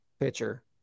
Pitcher